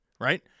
right